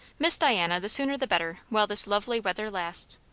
miss diana, the sooner the better, while this lovely weather lasts.